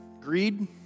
greed